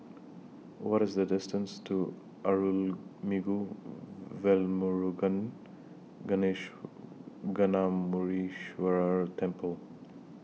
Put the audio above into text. What IS The distance to Arulmigu Velmurugan Gnanamuneeswarar Temple